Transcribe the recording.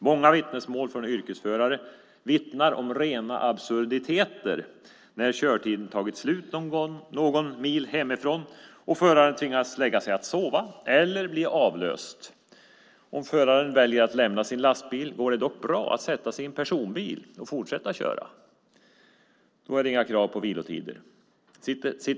Många yrkesförare vittnar om rena absurditeter när körtiden tagit slut någon mil hemifrån och föraren tvingas att lägga sig att sova eller bli avlöst. Om föraren väljer att lämna sin lastbil går det dock bra att sätta sig i en personbil och fortsätta att köra. Då är det inga krav på vilotider.